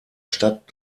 stadt